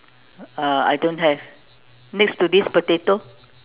uh I don't have next to this potato